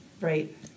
right